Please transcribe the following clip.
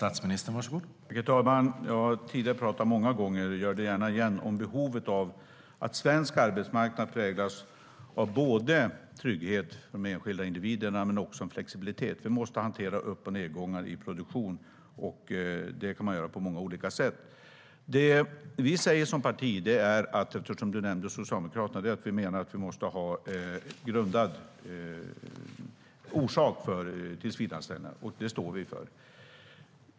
Herr talman! Jag har tidigare många gånger talat, och gör det gärna igen, om behovet av att svensk arbetsmarknad präglas av både trygghet för de enskilda individerna och en flexibilitet. Vi måste hantera upp och nedgångar i produktionen, och det kan man göra på många olika sätt. Det som vi säger som parti, eftersom Jonas Sjöstedt nämnde Socialdemokraterna, är att det måste finnas en grundad orsak till tillsvidareanställningar. Det står vi för.